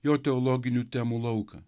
jo teologinių temų lauką